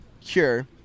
cure